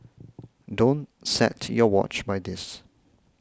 don't set your watch by this